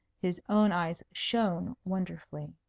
his own eyes shone wonderfully.